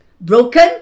broken